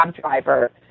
driver